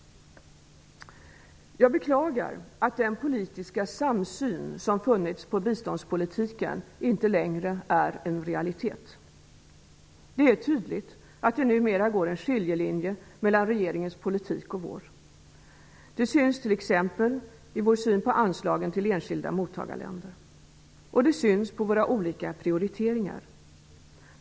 Jag beklagar att den politiska samsyn som har funnits i fråga om biståndspolitiken inte längre är en realitet. Det är tydligt att det numera går en skiljelinje mellan regeringens politik och vår. Det syns t.ex. i vår syn på anslagen till enskilda mottagarländer. Det syns på våra olika prioriteringar.